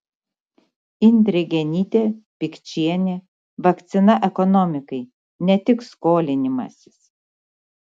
indrė genytė pikčienė vakcina ekonomikai ne tik skolinimasis